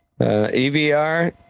evr